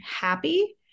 happy